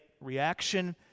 reaction